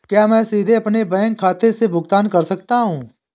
क्या मैं सीधे अपने बैंक खाते से भुगतान कर सकता हूं?